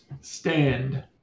stand